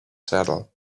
saddle